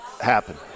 happen